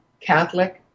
Catholic